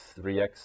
3x